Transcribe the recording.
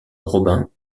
robin